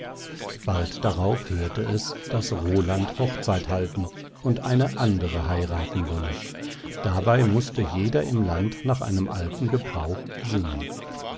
bald darauf hörte es daß roland hochzeit halten und eine andere heirathen wolle dabei mußte jeder im land nach einem alten gebrauch singen